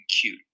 cute